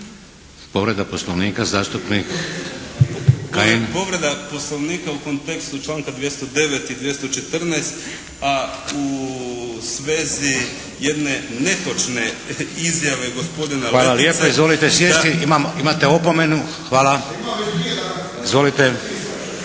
Povreda Poslovnika u kontekstu članka 209. i 214., a u svezi jedne netočne izjave gospodina Letice. **Šeks, Vladimir (HDZ)** Hvala lijepa. Izvolite sjesti. Imate opomenu. Hvala. Izvolite.